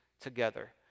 together